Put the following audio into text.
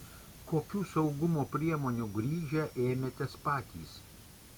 kokių saugumo priemonių grįžę ėmėtės patys